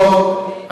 טוב,